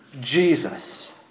Jesus